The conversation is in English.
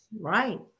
Right